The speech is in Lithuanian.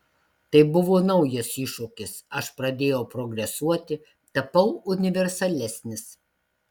tai buvo naujas iššūkis aš pradėjau progresuoti tapau universalesnis